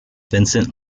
vincent